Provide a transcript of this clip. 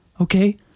Okay